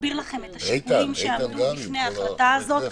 נסביר לכם את השיקולים שעמדו בפני ההחלטה הזאת.